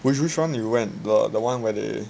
which which one you went the the one where they